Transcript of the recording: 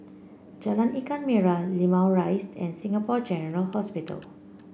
Jalan Ikan Merah Limau Rise and Singapore General Hospital